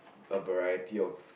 a variety of